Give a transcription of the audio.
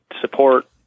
support